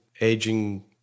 aging